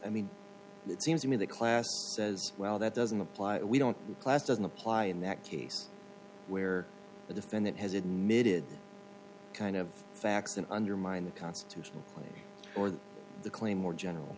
i mean it seems to me that class says well that doesn't apply we don't class doesn't apply in that case where the defendant has admitted kind of facts and undermined the constitution or the claim or general